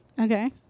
Okay